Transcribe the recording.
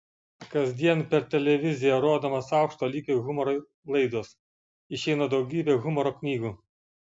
kasdien per televiziją rodomos aukšto lygio humoro laidos išeina daugybė humoro knygų